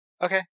Okay